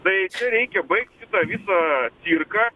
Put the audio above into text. tai reikia baigti tą visą cirką